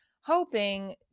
hoping